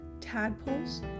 Tadpoles